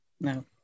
no